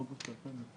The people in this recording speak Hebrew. בבקשה.